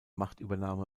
machtübernahme